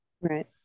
Right